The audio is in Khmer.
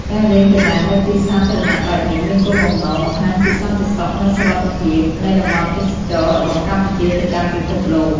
ការលេងកីឡានៅទីសាធារណៈបែបនេះមានគោលបំណង បង្ហាញពីសន្តិសុខនិងសុវត្ថិភាព នៃតំបន់ទេសចរណ៍របស់កម្ពុជាទៅកាន់ពិភពលោក។